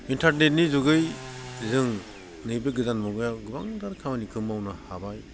इन्थारनेटनि जुगै जों नैबे गोदान मुगायाव गोबांथार खामानिखौ मावनो हाबाय